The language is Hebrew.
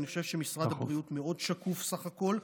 אני חושב שמשרד הבריאות מאוד שקוף בסך הכול.